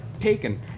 taken